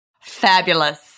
Fabulous